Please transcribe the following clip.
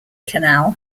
canal